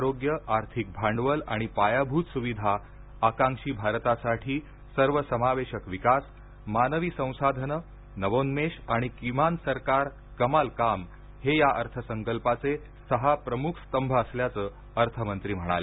आरोग्य आर्थिक भांडवल आणि पायाभूत सुविधा आकांक्षी भारतासाठी सर्वसमावेशक विकास मानवी संसाधनं नवोन्मेश आणि किमान सरकार कमाल काम हे या अर्थसंकल्पाचे सहा प्रमुख स्तंभ असल्याचं अर्थमंत्री म्हणाल्या